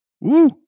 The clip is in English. Woo